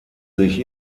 sich